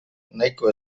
nahiko